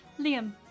Liam